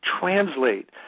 translate